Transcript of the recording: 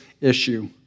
issue